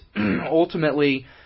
ultimately